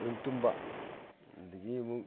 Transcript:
ꯑꯗꯨꯝ ꯇꯨꯝꯕ ꯑꯗꯒꯤ ꯑꯃꯨꯛ